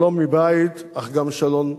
שלום מבית, אך גם שלום מחוץ.